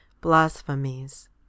blasphemies